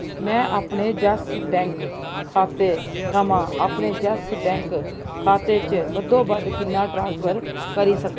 में अपने Yes Bank खाते थमां अपने यैस बैंक खाते च बद्धो बद्ध किन्ना ट्रांसफर करी सकनां